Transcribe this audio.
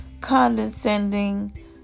condescending